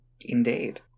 Indeed